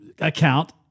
account